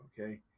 Okay